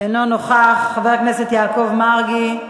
אינו נוכח, חבר הכנסת יעקב מרגי,